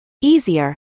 easier